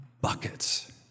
buckets